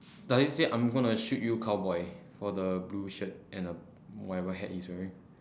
does it say I'm gonna shoot you cowboy for the blue shirt and uh whatever hat he's wearing